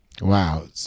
Wow